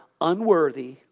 unworthy